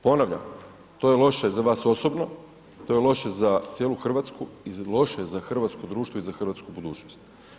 Ponavljam, to je loše za vas osobno, to je loše za cijelu Hrvatsku i loše je za hrvatsko društvo i hrvatsku budućnost.